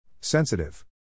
Sensitive